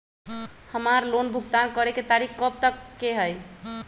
हमार लोन भुगतान करे के तारीख कब तक के हई?